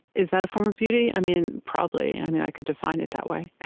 is that a form of beauty? i mean probably. i mean i could define it that way.